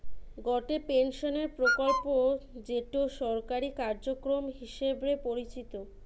গটে পেনশনের প্রকল্প যেটো সরকারি কার্যক্রম হিসবরে পরিচিত